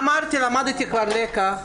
אמרתי שלמדתי כבר לקח,